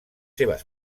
seves